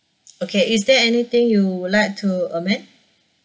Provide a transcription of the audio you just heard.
okay is there anything you would like to amend